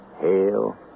hail